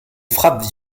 frappe